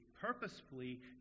purposefully